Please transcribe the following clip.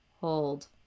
Hold